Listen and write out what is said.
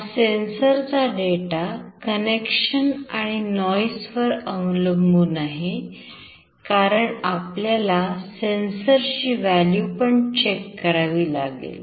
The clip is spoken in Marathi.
हा सेन्सर चा डेटा connection आणि noise वर अवलंबून आहे कारण आपल्याला सेंसर ची value पण चेक करावी लागेल